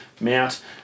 mount